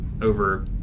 over